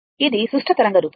ఇది సుష్ట తరంగ రూపం